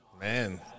Man